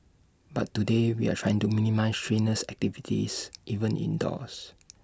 but today we are trying to minimise strenuous activities even indoors